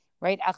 right